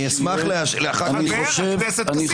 אני אשמח אחר כך --- חבר הכנסת כסיף.